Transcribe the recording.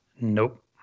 Nope